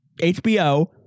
HBO